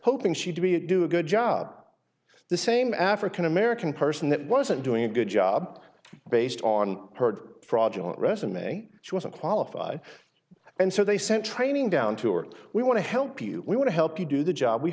hoping she'd be a do a good job the same african american person that wasn't doing a good job based on her fraudulent resume she wasn't qualified and so they sent training down to work we want to help you we want to help you do the job we